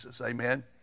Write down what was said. amen